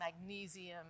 magnesium